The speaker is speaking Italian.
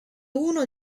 uno